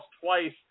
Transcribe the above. twice